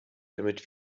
damit